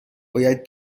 باید